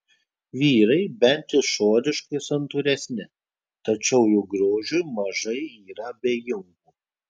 vyrai bent išoriškai santūresni tačiau juk grožiui mažai yra abejingų